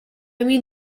mean